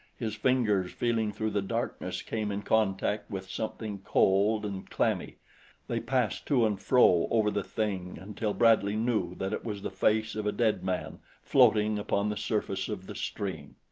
his fingers feeling through the darkness came in contact with something cold and clammy they passed to and fro over the thing until bradley knew that it was the face of a dead man floating upon the surface of the stream.